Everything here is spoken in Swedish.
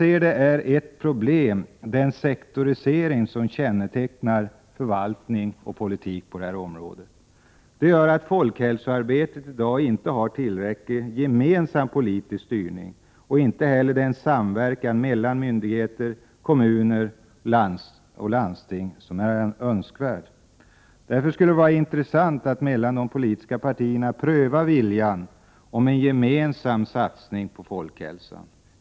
Enligt mitt sätt att se är den sektorisering som kännetecknar förvaltning och politik på det här området ett problem. Sektoriseringen gör att folkhälsoarbetet i dag inte har tillräcklig gemensam politisk styrning och inte heller den samverkan mellan myndigheter, kommuner och landsting som är önskvärd. Det skulle därför vara intressant att mellan de politiska partierna pröva viljan till en gemensam satsning på folkhälsan.